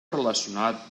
relacionat